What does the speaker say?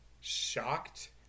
shocked